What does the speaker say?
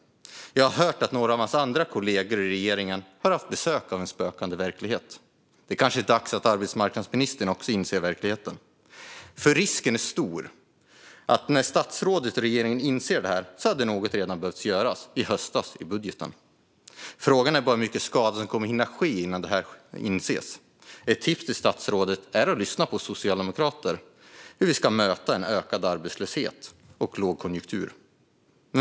Jag har hört att några av hans kollegor i regeringen har haft besök av en spökande verklighet. Det kanske är dags att även arbetsmarknadsministern inser hur verkligheten ser ut. Risken är nämligen stor att när statsrådet och regeringen gör det hade något redan behövt göras - i budgeten i höstas. Frågan är bara hur mycket skada som kommer att hinna ske innan detta inses. Ett tips till statsrådet är att lyssna på oss socialdemokrater när det gäller hur vi ska möta ökad arbetslöshet och lågkonjunktur.